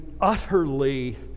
utterly